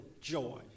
joy